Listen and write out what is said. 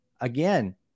Again